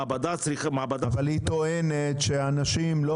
המעבדה צריכה --- אבל היא טוענת שהאנשים לא